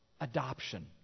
adoption